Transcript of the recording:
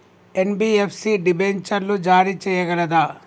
NBFC డిబెంచర్లు జారీ చేయగలదా?